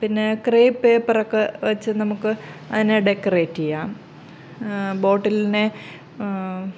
പിന്നെ crepe paper ഒക്കെ വെച്ച് നമുക്ക് അതിന് ഡെക്കറേറ്റ് ചെയ്യാം ബോട്ടിലിനെ